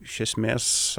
iš esmės